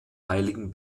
heiligen